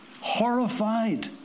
horrified